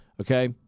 Okay